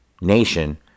nation